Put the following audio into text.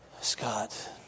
Scott